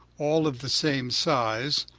all of the same size,